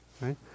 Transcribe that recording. right